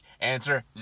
Answer